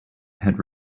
had